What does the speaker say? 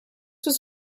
was